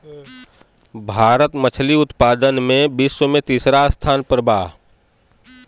भारत मछली उतपादन में विश्व में तिसरा स्थान पर बा